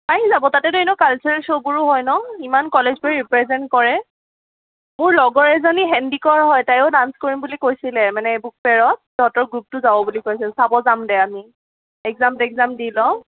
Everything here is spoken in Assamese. পাৰি যাব তাতেতো এনেও কালছাৰেল শ্ব'বোৰো হয় ন ইমান কলেজবোৰে ৰিপ্ৰেজেন্ট কৰে মোৰ লগৰ এজনী হেণ্ডিকৰ হয় তাইও ডাঞ্চ কৰিম বুলি কৈছিলে মানে বুক ফেয়াৰত সিহঁতৰ গ্ৰুপটো যাব বুলি কৈছিল চাব যামদে আমি এই এক্সাম টেক্সাম দি লওঁ